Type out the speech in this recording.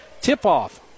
tip-off